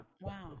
Wow